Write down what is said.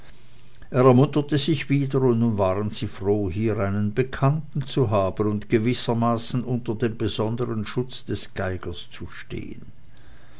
es ermunterte sich wieder und nun waren sie froh hier einen bekannten zu haben und gewissermaßen unter dem besondern schatze des geigers zu stehen